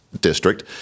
district